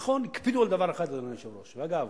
נכון, הקפידו על דבר אחד, אדוני היושב-ראש, ואגב,